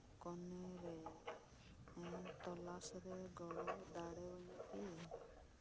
ᱠᱚᱱᱮᱨᱮ ᱛᱚᱞᱟᱥᱨᱮ ᱜᱚᱲᱚ ᱞᱟᱹᱜᱤ